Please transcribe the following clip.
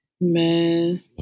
Man